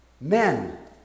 Men